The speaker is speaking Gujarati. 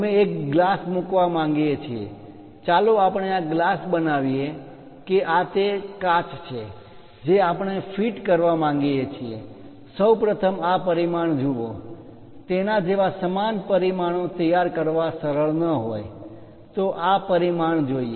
અમે એક ગ્લાસ મૂકવા માંગીએ છીએ ચાલો આપણે આ ગ્લાસ બનાવીએ કે આ તે કાચ છે જે આપણે ફિટ કરવા માંગીએ છીએ સૌ પ્રથમ આ પરિમાણ જુવો તેના જેવા સમાન પરિમાણો તૈયાર કરવા સરળ ન હોય તો આ પરિમાણ જોઈએ